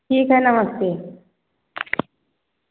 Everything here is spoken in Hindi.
ठीक है नमस्ते